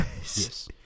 Yes